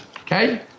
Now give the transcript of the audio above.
okay